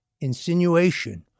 insinuation